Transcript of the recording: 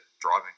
driving